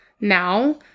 now